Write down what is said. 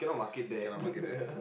cannot market that